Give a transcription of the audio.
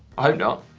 i hope not.